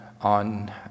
on